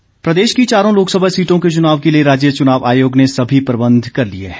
चुनाव आयोग प्रदेश की चारों लोकसभा सीटों के चुनाव के लिए राज्य चुनाव आयोग ने सभी प्रबंध कर लिए हैं